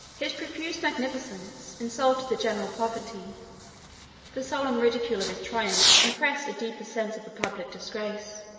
his profuse magnificence insulted the general poverty the solemn ridicule of his triumphs impressed a deeper sense of the public disgrace.